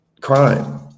crime